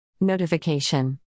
Notification